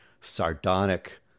sardonic